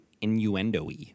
innuendo-y